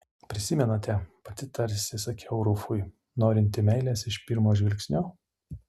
prisimenate pati tarsi sakiau rufui norinti meilės iš pirmo žvilgsnio